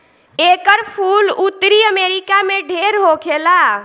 एकर फूल उत्तरी अमेरिका में ढेर होखेला